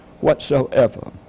whatsoever